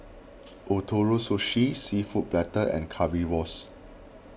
Ootoro Sushi Seafood Paella and Currywurst